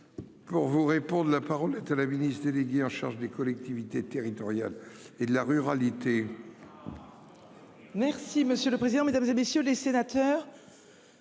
Pour vous répondre. La parole est à la ministre déléguée en charge des collectivités territoriales et de la ruralité.